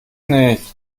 nicht